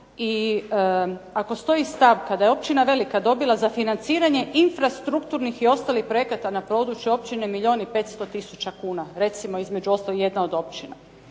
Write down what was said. i ako stoji stavka da je Općina Velika dobila za financiranje infrastrukturnih i ostalih projekata na području Općine Miljoni 500 tisuća kuna, recimo između ostalih jedna od općina.